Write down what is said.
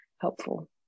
helpful